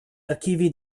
archivi